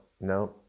no